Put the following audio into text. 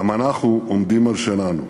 גם אנחנו עומדים על שלנו.